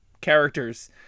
characters